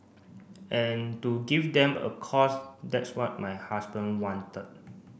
and to give them a cause that's what my husband wanted